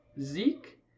Zeke